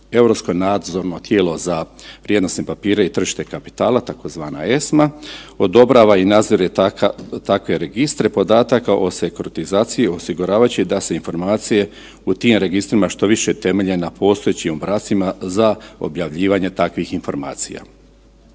Europsko nadzorno tijelo za prijenosne papire i tržište kapitala tzv. ESMA odobrava i nadzire takve registre podataka o sekuratizaciji osiguravajući da se informacije u tim registrima što više temelje na postojećim obrascima za objavljivanje takvih informacija.